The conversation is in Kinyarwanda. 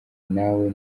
nawe